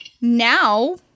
now